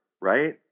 right